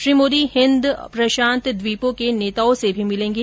श्री मोदी हिंद प्रशांत द्वीपों के नेताओं से भी मिलेंगे